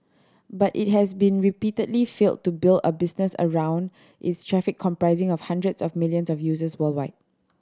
but it has been repeatedly failed to build a business around its traffic comprising of hundreds of millions of users worldwide